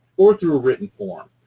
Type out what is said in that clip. or through a written form.